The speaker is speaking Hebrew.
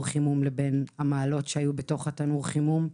החימום בין המעלות שהיו בתוך תנור החימום,